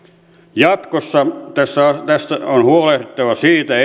jatkossa tässä tässä on huolehdittava siitä